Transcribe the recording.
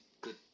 good